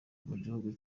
mugihugu